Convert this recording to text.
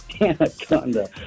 Anaconda